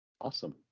Awesome